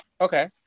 Okay